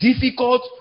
difficult